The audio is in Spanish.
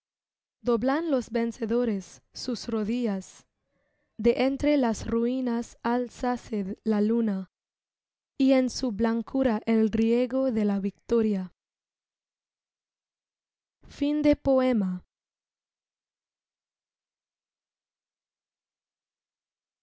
doblan los vencedores sus rodillas de entre las ruinas álzase la luna y es su blancura el riego de la victoria